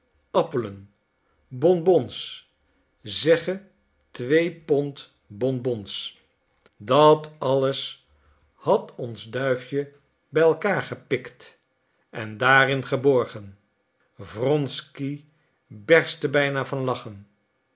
appelen bonbons zegge twee pond bonbons dat alles had ons duifje bij elkaar gepikt en daarin geborgen wronsky berstte bijna van lachen